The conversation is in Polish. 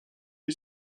nie